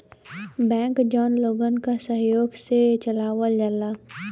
bank जौन लोगन क सहयोग से चलावल जाला